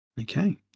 Okay